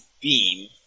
beam